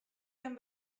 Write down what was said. him